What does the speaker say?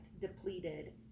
depleted